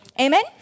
Amen